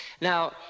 Now